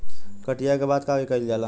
कटिया के बाद का कइल जाला?